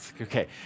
Okay